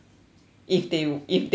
if they if they were to